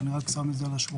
אני רק שם את זה על השולחן.